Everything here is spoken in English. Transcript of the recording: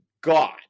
God